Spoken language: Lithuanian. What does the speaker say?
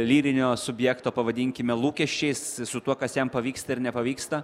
lyrinio subjekto pavadinkime lūkesčiais su tuo kas jam pavyksta ir nepavyksta